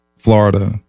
Florida